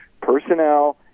personnel